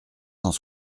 cent